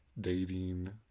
dating